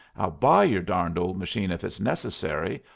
i'll buy your darned old machine if it's necessary,